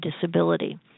Disability